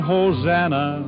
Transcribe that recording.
Hosanna